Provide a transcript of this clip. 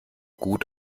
gut